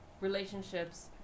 relationships